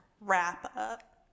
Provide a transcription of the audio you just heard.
wrap-up